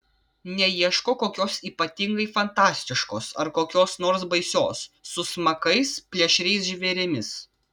neieško kokios ypatingai fantastiškos ar kokios nors baisios su smakais plėšriais žvėrimis